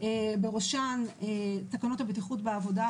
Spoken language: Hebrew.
בראשן תקנות בטיחות בעבודה,